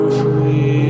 free